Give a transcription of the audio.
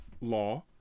law